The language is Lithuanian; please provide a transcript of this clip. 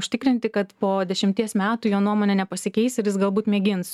užtikrinti kad po dešimties metų jo nuomonė nepasikeis ir jis galbūt mėgins